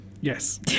Yes